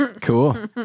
Cool